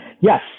Yes